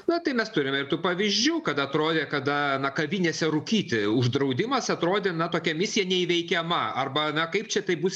na tai mes turime ir tų pavyzdžių kada atrodė kada kavinėse rūkyti uždraudimas atrodė na tokia misija neįveikiama arba na kaip čia tai bus